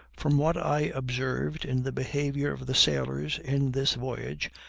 from what i observed in the behavior of the sailors in this voyage,